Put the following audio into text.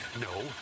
No